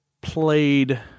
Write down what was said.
played